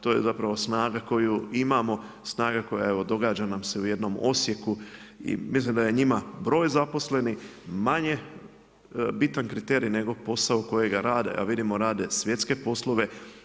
To je zapravo snaga koju imamo, snaga koja je evo događa nam se u jednom Osijeku i mislim da je njima broj zaposlenih manje bitan kriterij nego posao kojega rade, a vidimo rade svjetske poslove.